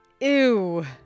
Ew